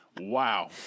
Wow